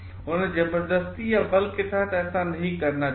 उन्हें जबरदस्ती या बल के तहत ऐसा नहीं करना चाहिए